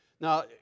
Now